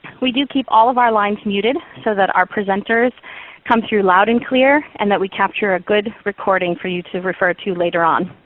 we do keep all of our lines muted so that our presenters come through loud and clear, and that we capture a good recording for you to refer to later on.